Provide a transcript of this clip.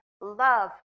love